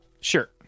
sure